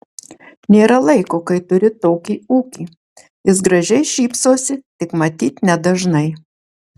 nėra laiko kai turi tokį ūkį jis gražiai šypsosi tik matyt nedažnai